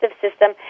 system